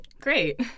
great